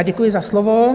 Děkuji za slovo.